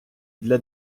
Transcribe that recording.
для